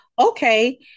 Okay